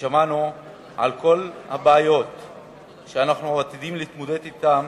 ושמענו על כל הבעיות שאנחנו עתידים להתמודד אתן